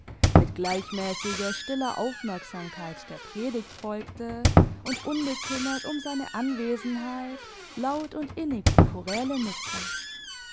mit gleichmässiger stiller aufmerksamkeit der predigt folgte und unbekümmert um seine anwesenheit laut und innig die choräle mitsang